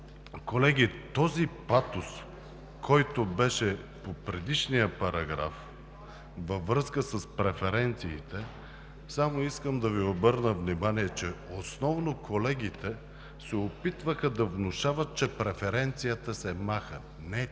колеги, този патос, който беше по предишния параграф във връзка с преференциите – само искам да Ви обърна внимание, че основно колегите се опитваха да внушават, че преференцията се маха. Не,